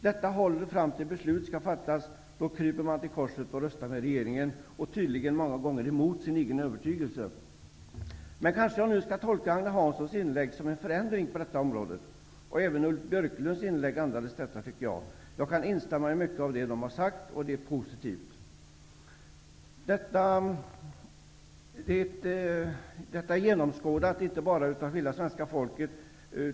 Detta håller fram till dess att beslut skall fattas. Då kryper man till korset och röstar med regeringen och, tydligen, många gånger mot den egna övertygelsen. Agne Hanssons inlägg skall dock kanske tolkas som en förändring på detta område. Jag tycker att Ulf Björklunds inlägg också andas detta. Jag kan instämma i mycket av det som dessa har sagt och som är positivt. Detta har genomskådats av hela svenska folket.